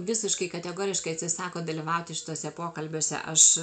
visiškai kategoriškai atsisako dalyvauti šituose pokalbiuose aš